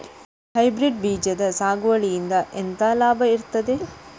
Hybrid ಬೀಜದ ಸಾಗುವಳಿಯಿಂದ ಎಂತ ಲಾಭ ಇರ್ತದೆ?